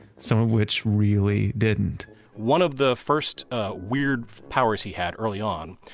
some of which really didn't one of the first weird powers he had early on,